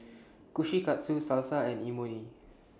Kushikatsu Salsa and Imoni